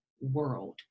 world